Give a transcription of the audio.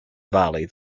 valley